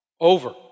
over